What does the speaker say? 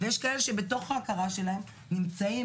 ויש כאלה בתוך ההכרה שלהם נמצאים,